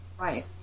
Right